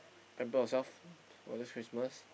pamper yourself for this Christmas